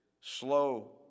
slow